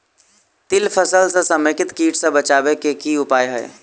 तिल फसल म समेकित कीट सँ बचाबै केँ की उपाय हय?